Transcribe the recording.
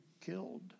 killed